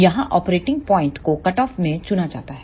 यहां ऑपरेटिंग पॉइंटको कटऑफ में चुना जाता है